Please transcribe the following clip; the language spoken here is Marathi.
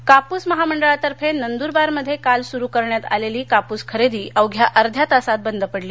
शेतकरी कापूस महामंडळातर्फे नंदुरबारमध्ये काल सुरु करण्यात आलेली कापुस खरेदी अवघ्या अध्यातासात बंद पडली